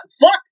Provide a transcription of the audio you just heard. fuck